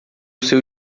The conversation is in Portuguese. seu